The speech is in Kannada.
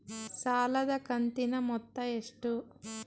ಸಾಲದ ಕಂತಿನ ಮೊತ್ತ ಎಷ್ಟು?